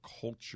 culture